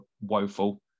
woeful